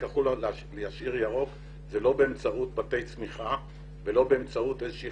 החולה להשאיר ירוק זה לא באמצעות בתי צמיחה ולא באמצעות איזושהי